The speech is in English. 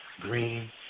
green